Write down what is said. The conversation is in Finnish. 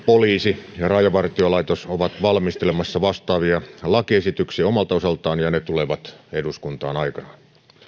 poliisi ja rajavartiolaitos ovat valmistelemassa vastaavia lakiesityksiä omalta osaltaan ja ne tulevat eduskuntaan aikanaan